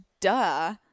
duh